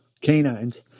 canines